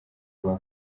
rwa